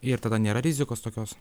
ir tada nėra rizikos tokios